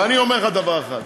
אבל אני אומר לך דבר אחד: